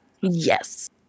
yes